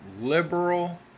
Liberal